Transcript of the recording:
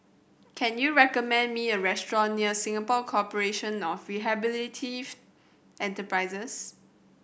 can you recommend me a restaurant near Singapore Corporation of Rehabilitative Enterprises